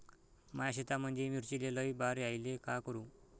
माया शेतामंदी मिर्चीले लई बार यायले का करू?